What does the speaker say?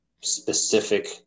specific